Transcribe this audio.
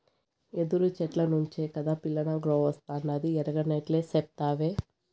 యెదురు చెట్ల నుంచే కాదా పిల్లనగ్రోవస్తాండాది ఎరగనట్లే సెప్తావే